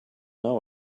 know